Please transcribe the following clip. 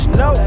no